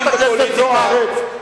חברת הכנסת זוארץ,